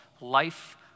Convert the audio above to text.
life